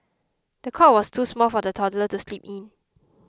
the cot was too small for the toddler to sleep in